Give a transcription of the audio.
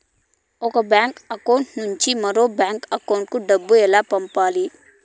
ఒక bank account నుంచి మరొక బ్యాంకు అకౌంట్ కు డబ్బు ఎలా పంపాలి